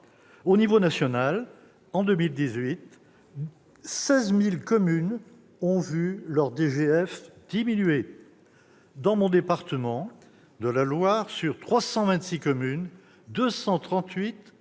l'échelon national, en 2018, 16 000 communes ont vu leur DGF diminuer. Dans mon département, la Loire, sur 326 communes, 238 ont